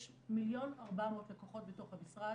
יש 1.4 מיליון לקוחות בתוך המשרד,